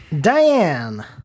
diane